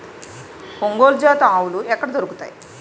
ఒంగోలు జాతి ఆవులు ఎక్కడ దొరుకుతాయి?